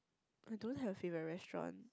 I don't have favourite restaurant